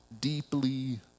deeply